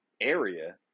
area